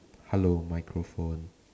hello microphone